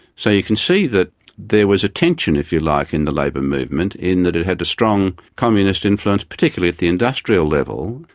so you can see that there was a tension, if you like, in the labour movement, in that it had a strong communist influence, particularly at the industrial level,